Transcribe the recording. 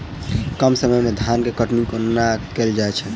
कम समय मे धान केँ कटनी कोना कैल जाय छै?